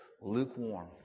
Lukewarm